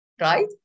right